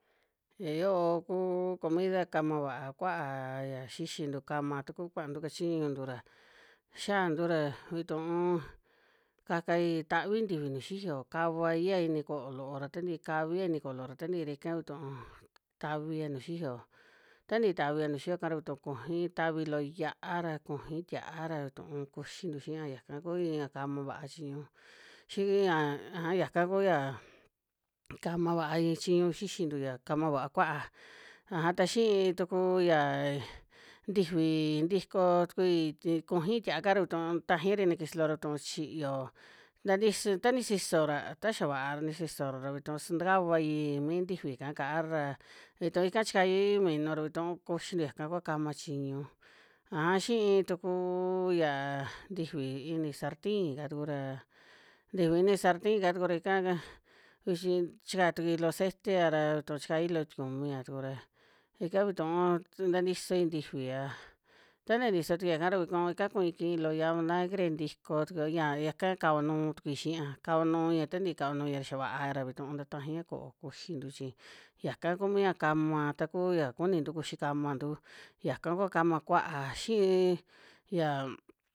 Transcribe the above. Ya yo'o kuu comida kama va'a kua'aa ya xixi ntu kama tukú kua'a ntu kachiñuntu ra xaa ntu ra ví tu'u ka kai távi ntifi nu xiyo kavai ya ini ko'o lo'o ra ta nti'i kavia ini ko'o lo'o ra ta nti'i ra ika ví tu'u tavi'a nu xiyo ta ntii tavi ya nu xiyo kara vitu kuji távi lo'i ya'a ra kuji tia'a vitu'u kuxi ntu xi'a yaka kú ia kama va'a chiñu xi'i ya ajá yaka ku yaa kama va'a i chiñu xixi ntu ya kama va'a kua'a. Ajá ta xi'i tukuu yaa ntifi ntikoo tukúi kuji tia'a ra vitu tajira ini kisi lo'o ra ví tu'u chiyo ntantisoi ta ni siso ra taxa va'a ra ni sisora ra ví tu'u santakavaii mi ntifi ka ka'ara ra vítu ika chikaii minú ra vutu'u kuxintu yaka kúa kama chiñu. A a xi'i tukúu yaa ntifi ini sartii kaa tukú raa ntifi ini sartii ka tukú ra ika ka vixi chika tukú'i lo'o cete a ra vítu chikaii lo tikumi a tukú ra ika vitu'u nta ntisoi ntifi a ta nta ntiso tukú'ia ka ra vitu ika ku'i kii lo ya'a minankre ntiko tukú ña yaka kava nuu tuki xi'a kava nuu ia ta ntii kava nu ia ra xa va'a ra vítu nta tajia ko'o kuxi ntu chi yaka ka kumia kama takuu ya kuni ntu kuxi kama ntu yaka kúa kama kua'a. Xi'i ya